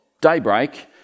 daybreak